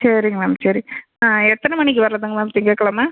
சரிங்க மேம் சரி எத்தனை மணிக்கு வரதுங்க மேம் திங்கக்கிழம